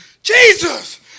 jesus